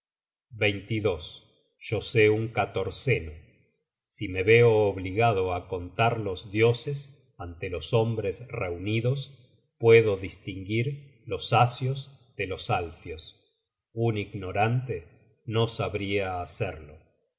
acero yo sé un catorceno si me veo obligado á contar los dioses ante los hombres reunidos puedo distinguir los asios de los alfios un ignorante no sabria hacerlo